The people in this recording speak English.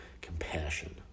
compassion